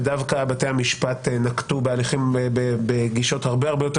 ודווקא בתי המשפט נקטו בגישות הרבה הרבה יותר